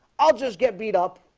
i'll just get beat up